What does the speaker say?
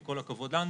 עם כל הכבוד לנו.